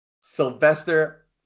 Sylvester